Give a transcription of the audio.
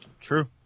true